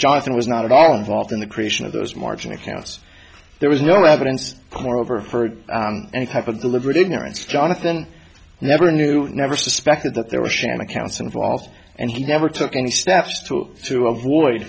jonathan was not at all involved in the creation of those margin accounts there was no evidence moreover her any type of the liberal ignorance jonathan never knew never suspected that there was sham accounts involved and he never took any steps to to avoid